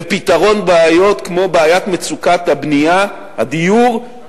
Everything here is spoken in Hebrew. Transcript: ופתרון בעיות כמו בעיית מצוקת הבנייה, הדיור.